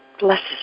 blesses